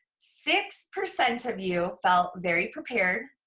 six percent of you felt very prepared,